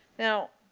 now,